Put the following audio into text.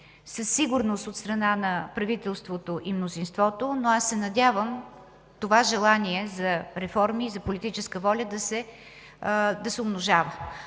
със сигурност от страна на правителството и мнозинството, но се надявам това желание за реформи и политическа воля да се умножава.